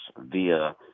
via